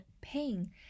pain